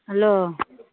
hello